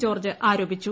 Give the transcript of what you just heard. George ആരോപിച്ചു